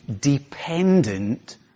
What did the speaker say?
dependent